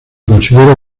considera